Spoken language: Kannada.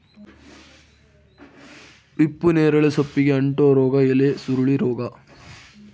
ಹಿಪ್ಪುನೇರಳೆ ಸೊಪ್ಪಿಗೆ ಅಂಟೋ ರೋಗ ಎಲೆಸುರುಳಿ ರೋಗ